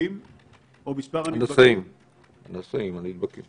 האכיפה על היותך בבידוד היא לא תנאי הכרחי לדיווח.